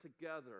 together